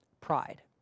pride